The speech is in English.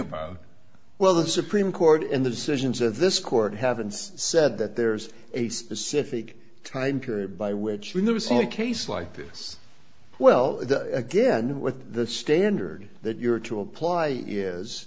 that well the supreme court in the decisions of this court haven't said that there's a specific time period by which when there was a case like this well again what the standard that you're to apply is